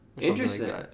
Interesting